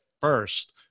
first